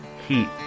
Heat